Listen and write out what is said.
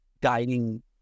guiding